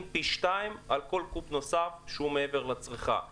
פי שניים על כל קו"ב נוסף מעבר לצריכה זו.